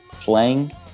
playing